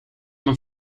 mijn